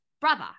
brother